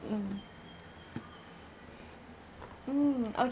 mm mm o~